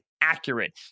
accurate